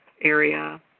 area